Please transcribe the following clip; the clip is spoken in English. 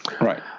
Right